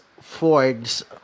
Ford's